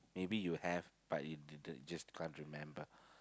maybe you have but you didn't you just can't remember